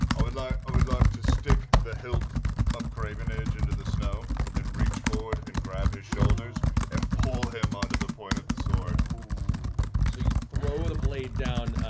i would like ah would like to stick the hilt of craven edge into the snow and reach forward and grab his shoulders and pull him onto the point of the sword. matt so you throw the blade down,